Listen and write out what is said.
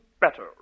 better